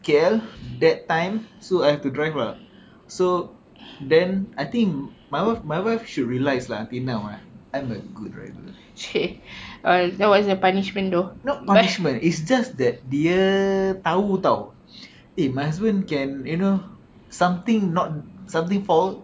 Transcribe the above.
K_L that time so I have to drive lah so then I think my wife my wife should realise lah until now eh I'm a good driver not punishment it's just that dia tahu [tau] eh my husband can you know something not something fall